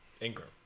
Ingram